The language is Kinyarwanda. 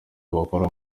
bakora